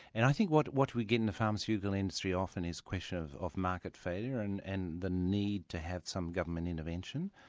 and i think what what we get in the pharmaceutical industry often is the question of of market failure and and the need to have some government intervention.